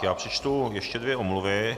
Já přečtu ještě dvě omluvy.